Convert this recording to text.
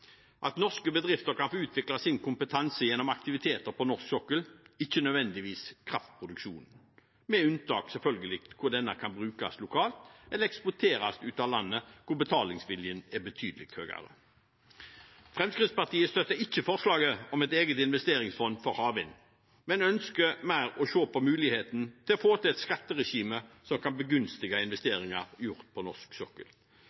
at norske bedrifter kan få utvikle sin kompetanse gjennom aktiviteter på norsk sokkel, ikke nødvendigvis kraftproduksjon – med unntak, selvfølgelig, der denne kan brukes lokalt eller eksporteres ut av landet, der betalingsviljen er betydelig høyere. Fremskrittspartiet støtter ikke forslaget om et eget investeringsfond for havvind, men ønsker heller å se på muligheten for å få til et skatteregime som kan begunstige investeringer gjort på norsk sokkel.